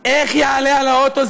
איך יעלה לאוטו?